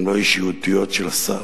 הן לא אישיותיות של השר.